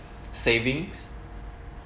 savings